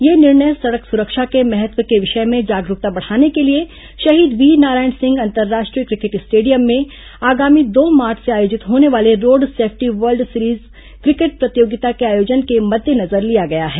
यह निर्णय सड़क सुरक्षा के महत्व के विषय में जागरूकता बढ़ाने के लिए शहीद वीरनारायण सिंह अंतर्राष्ट्रीय क्रिकेट स्टेडियम में आगामी दो मार्च से आयोजित होने वाले road safety world series cricket प्रतियोगिता के आयोजन के मद्देनजर लिया गया है